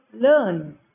learn